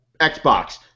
Xbox